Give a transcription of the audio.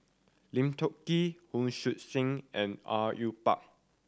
Lim Tiong Ghee Hon Sui Sen and Au Yue Pak